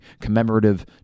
commemorative